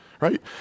Right